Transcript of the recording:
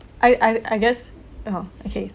I I I guess oh okay